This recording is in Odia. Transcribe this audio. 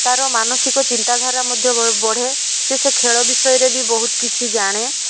ତା'ର ମାନସିକ ଚିନ୍ତାଧାରା ମଧ୍ୟ ବଢ଼େ ସେ ସେ ଖେଳ ବିଷୟରେ ବି ବହୁତ କିଛି ଜାଣେ